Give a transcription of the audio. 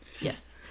Yes